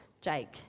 Jake